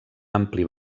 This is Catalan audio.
ampli